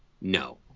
No